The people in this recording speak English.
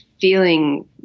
feeling